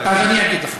אז אני אגיד לך,